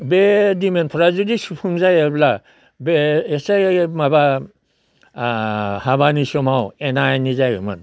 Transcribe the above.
बे दिमेनफ्रा जुदि सुफुंजायाब्ला बे एसे माबा हाबानि समाव एना एनि जायोमोन